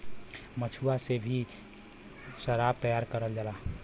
महुआ से भी सराब तैयार करल जाला